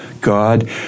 God